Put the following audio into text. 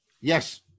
Yes